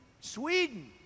Sweden